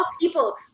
people